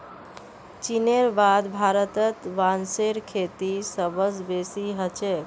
चीनेर बाद भारतत बांसेर खेती सबस बेसी ह छेक